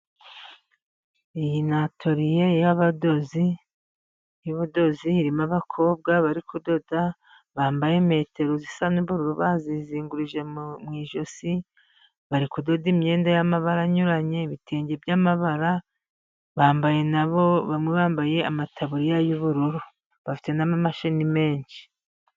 Iyi ni atoriye y'abadozi, y'ubudozi irimo abakobwa bari kudoda, bambaye metero zisa n'ubururu bazizingurije mu ijosi, bari kudoda imyenda y'amabara anyuranye, ibitenge by'amabara, bambaye nabo, bamwe bambaye amataburiya y'ubururu, bafite n'imashini nyinshi.